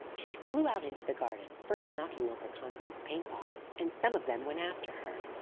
she flew out into the garden, first knocking over constance's paint-box, and some of them went after her.